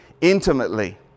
intimately